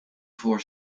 voor